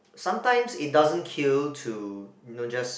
sometimes it doesn't kill to you know just